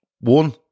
One